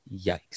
Yikes